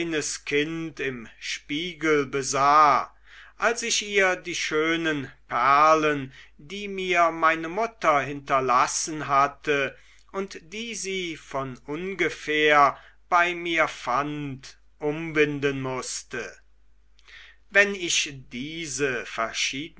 kind im spiegel besah als ich ihr die schönen perlen die mir meine mutter hinterlassen hatte und die sie von ungefähr bei mir fand umbinden mußte wenn ich diese verschiedenen